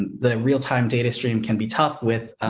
the real time data stream can be tough with,